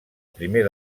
primer